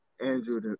Andrew